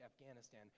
Afghanistan